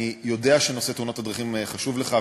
אני יודע שנושא תאונות הדרכים חשוב לך,